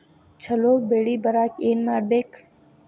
ಛಲೋ ಬೆಳಿ ಬರಾಕ ಏನ್ ಮಾಡ್ಬೇಕ್?